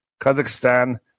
Kazakhstan